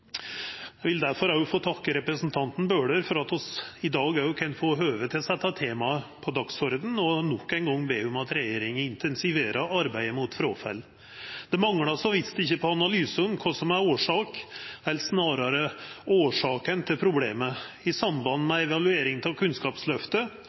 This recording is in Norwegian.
Eg vil difor òg få takka representanten Bøhler for at vi i dag òg kan få høve til å setta temaet på dagsordenen og nok ein gong be om at regjeringa intensiverer arbeidet mot fråfall. Det manglar så visst ikkje på analyser om kva som er årsaka – eller snarare årsakene – til problemet. I samband